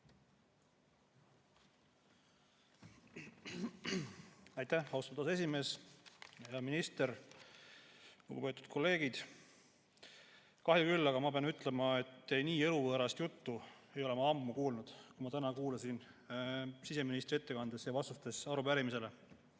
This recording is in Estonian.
Aitäh, austatud aseesimees! Hea minister! Lugupeetud kolleegid! Kahju küll, aga ma pean ütlema, et nii eluvõõrast juttu ei ole ma ammu kuulnud, kui ma kuulsin siseministri ettekandes ja vastustes arupärimisele.